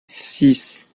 six